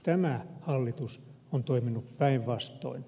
tämä hallitus on toiminut päinvastoin